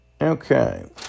Okay